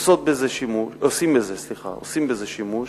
עושים בזה שימוש.